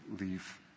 leave